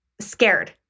scared